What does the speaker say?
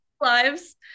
lives